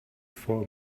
for